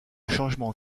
changement